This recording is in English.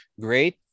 great